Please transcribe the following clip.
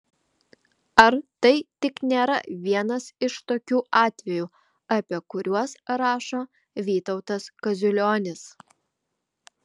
ar tai tik nėra vienas iš tokių atvejų apie kuriuos rašo vytautas kaziulionis